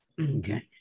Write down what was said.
Okay